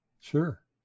sure